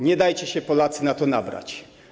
Nie dajcie się, Polacy, na to nabrać.